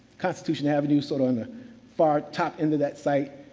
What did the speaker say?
constitution avenue, sort of on the far top end of that site,